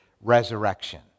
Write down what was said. resurrection